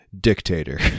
dictator